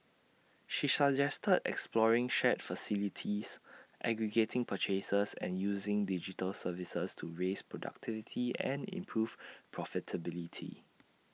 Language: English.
she suggested exploring shared facilities aggregating purchases and using digital services to raise productivity and improve profitability